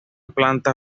planta